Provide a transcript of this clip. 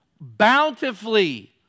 bountifully